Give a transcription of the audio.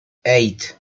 eight